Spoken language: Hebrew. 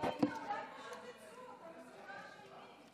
זה פשוט נורא.